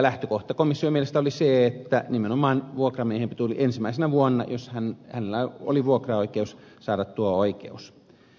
lähtökohta komission mielestä oli se että nimenomaan vuokramiehen tuli ensimmäisenä vuonna jos hänellä oli vuokraoikeus saada tuo oikeus